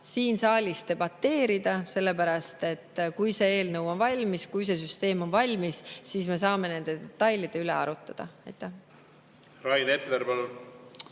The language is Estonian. siin saalis debateerida, sest kui see eelnõu on valmis, kui see süsteem on valmis, siis me saame nende detailide üle arutada. Nagu ma